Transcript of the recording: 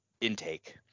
intake